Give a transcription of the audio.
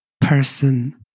person